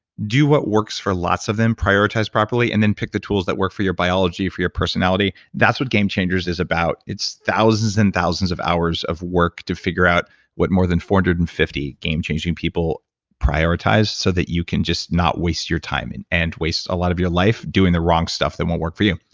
do what works for lots of them. prioritize properly, and then pick the tools that work for your biology, for your personality. that's what game changers is about. it's thousands and thousands of hours of work to figure out what more than four hundred and fifty game-changing people prioritize, so that you can just not waste your time and and waste a lot of your life doing the wrong stuff that won't work for you.